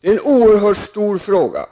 Det är en oerhört stor fråga.